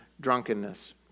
drunkenness